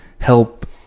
help